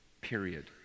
period